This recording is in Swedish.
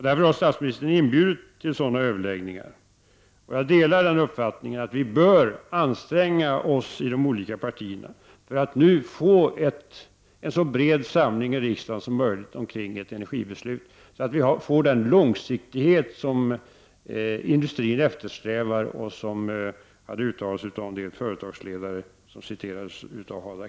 Därför har statsministern inbjudit till överläggningar, och jag delar den uppfattningen att vi, i de olika partierna, bör anstränga oss för att få en så bred samling som möjligt i riksdagen kring ett energibeslut. Detta för att få den långsikthet som industrin eftersträvar enligt de företagsledare som Hadar Cars citerade.